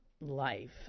life